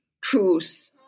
truth